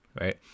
right